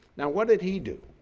now, what did he do?